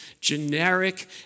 generic